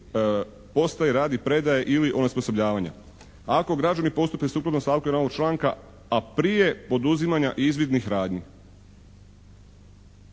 postaji radi predaje ili onesposobljavanja". Ako građani postupke suprotno stavku 1. ovog članka, a prije poduzimanja izvidnih radnji.